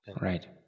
Right